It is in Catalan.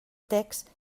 text